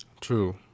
True